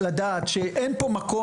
ייפתחו.